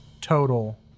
total